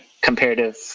comparative